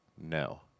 No